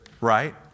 Right